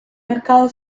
mercado